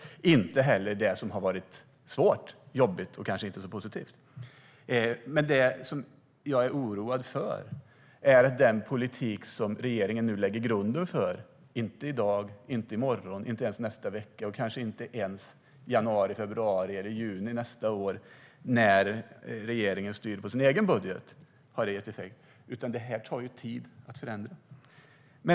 Det gäller även det som har varit svårt, jobbigt och inte så positivt. Den politik som regeringen lägger grunden till genom sin budget kanske inte ger effekt i dag, i morgon, i nästa vecka och kanske ens i januari eller juni nästa år eftersom det tar tid att förändra.